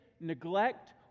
neglect